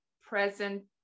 present